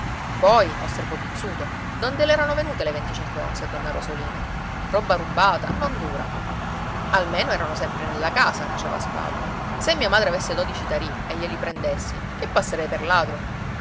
poi osservò pizzuto donde l'erano venute le venticinque onze a donna rosolina roba rubata non dura almeno erano sempre nella casa diceva spatu se mia madre avesse dodici tarì e glieli prendessi che passerei per ladro